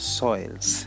soils